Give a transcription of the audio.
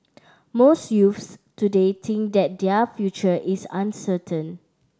most youths today think that their future is uncertain